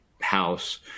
House